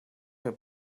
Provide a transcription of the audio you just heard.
mir